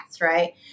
right